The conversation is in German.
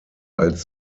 als